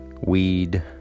weed